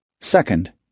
Second